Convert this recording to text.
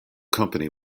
company